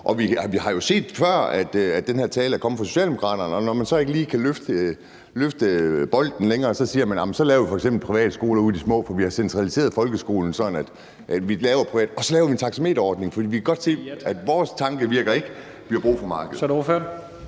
Vi har jo set før, at den her tale er kommet fra Socialdemokraterne, og at når man så ikke lige kan løfte opgaven længere, siger man, at så laver vi f.eks. private skoler ude i de små samfund, for vi har centraliseret folkeskolen, sådan at vi må lave noget privat, og så laver vi en taxameterordning, for vi kan godt se, at vores tanke ikke virker, og at vi har brug for markedet.